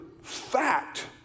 fact